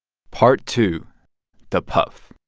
part two the puf